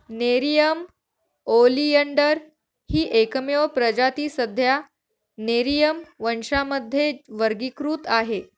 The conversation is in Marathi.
नेरिअम ओलियंडर ही एकमेव प्रजाती सध्या नेरिअम वंशामध्ये वर्गीकृत आहे